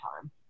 time